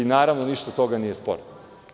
Naravno, ništa od toga nije sporno.